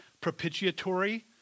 propitiatory